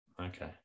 okay